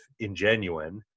ingenuine